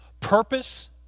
purpose